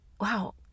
wow